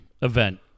event